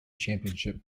championship